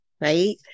right